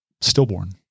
stillborn